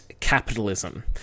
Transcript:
capitalism